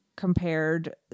compared